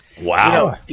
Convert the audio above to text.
Wow